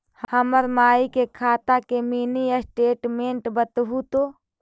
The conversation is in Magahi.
हमर माई के खाता के मीनी स्टेटमेंट बतहु तो?